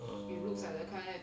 err